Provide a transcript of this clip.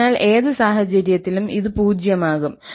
അതിനാൽ ഏത് സാഹചര്യത്തിലും ഇത് പൂജ്യമാകും